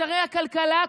שרי הכלכלה,